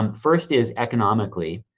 um first is economically,